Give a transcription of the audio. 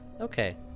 Okay